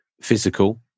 physical